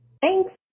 Thanks